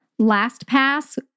LastPass